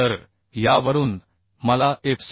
तर यावरून मला FCD